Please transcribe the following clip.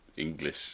English